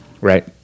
right